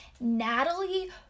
Natalie